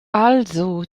also